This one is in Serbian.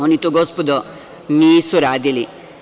Oni to, gospodo, nisu radili.